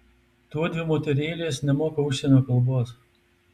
tuodvi moterėlės nemoka užsienio kalbos